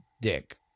dick